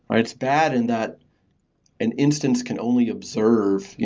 um it's bad and that an instance can only observe,